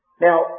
Now